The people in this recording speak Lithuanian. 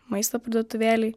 maisto parduotuvėlėj